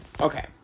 Okay